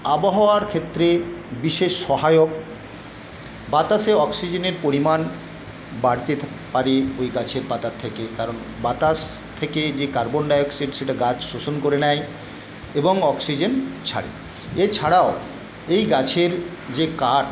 আবহাওয়ার ক্ষেত্রে বিশেষ সহায়ক বাতাসে অক্সিজেনের পরিমাণ বাড়তে পারি এই গাছের পাতা থেকে কারণ বাতাস থেকে যে কার্বন ডাইঅক্সাইড সেটা গাছ শোষণ করে নেয় এবং অক্সিজেন ছাড়ে এছাড়াও এই গাছের যে কাঠ